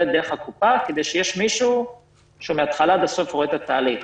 דרך הקופה כי יש מישהו שמהתחלה ועד הסוף רואה את התהליך.